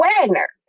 Wagner